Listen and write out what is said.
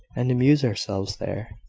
and amuse ourselves there.